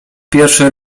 pierwszy